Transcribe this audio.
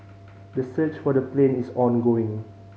the search for the plane is ongoing